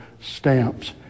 stamps